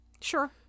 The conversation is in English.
Sure